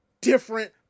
different